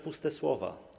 Puste słowa.